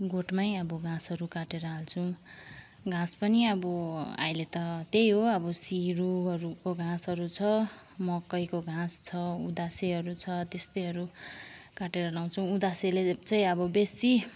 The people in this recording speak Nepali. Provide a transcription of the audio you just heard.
गोठमै अब घाँसहरू काटेर हाल्छौँ घाँस पनि अब अहिले त त्यही हो अब सिरुहरूको घाँसहरू छ मकैको घाँस छ उदासेहरू छ त्यस्तैहरू काटेर लाउँछौँ उदासेले चाहिँ अब बेसी